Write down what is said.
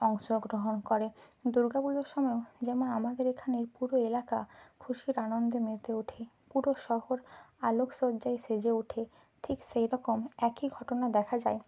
অংশগ্রহণ করে দুর্গা পুজোর সময়ও যেমন আমাদের এখানের পুরো এলাকা খুশির আনন্দে মেতে ওঠে পুরো শহর আলোকসজ্জায় সেজে ওঠে ঠিক সেইরকম একই ঘটনা দেখা যায়